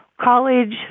college